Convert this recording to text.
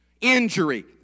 injury